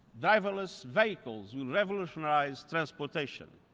driverless vehicles will revolutionize transportation.